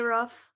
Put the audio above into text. Rough